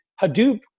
Hadoop